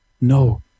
No